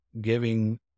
giving